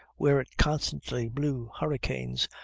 where it constantly blew hurricanes,